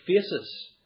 faces